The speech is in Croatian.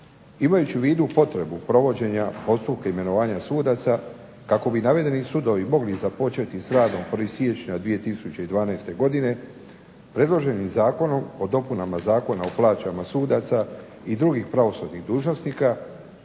Imajući u vidu potrebu provođenja postupka imenovanja sudaca kako bi navedeni sudovi mogli započeti sa radom 1. siječnja 2012. godine predloženim zakonom o dopunama Zakona o plaćama sudaca i drugih pravosudnih dužnosnika